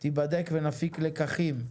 תיבדק ונפיק לקחים.